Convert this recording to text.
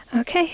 okay